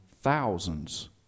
thousands